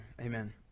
amen